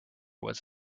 was